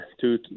two